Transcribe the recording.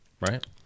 Right